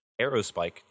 aerospike